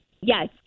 Yes